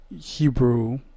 Hebrew